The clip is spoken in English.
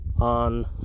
on